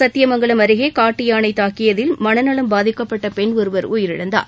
சத்தியமங்கலம் அருகே காட்டு யானை தாக்கியதில் மனநலம் பாதிக்கப்பட்ட பெண் ஒருவர் உயிரிழந்தார்